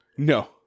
No